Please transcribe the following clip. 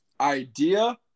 idea